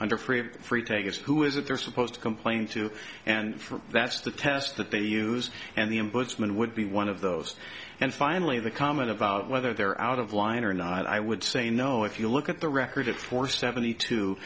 under free and free takers who is it they're supposed to complain to and that's the test that they use and the in bushman would be one of those and finally the comment about whether they're out of line or not i would say no if you look at the record for seventy two